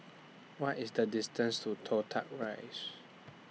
What IS The distance to Toh Tuck Rise